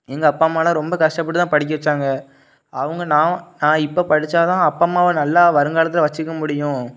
எங்கள் அப்பா அம்மாலாம் ரொம்ப கஷ்டப்பட்டு தான் படிக்க வச்சாங்க அவங்க நான் நான் இப்போ படித்தா தான் அப்பா அம்மாவை வருங்காலத்தில் வச்சிக்க முடியும்